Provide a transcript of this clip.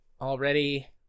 already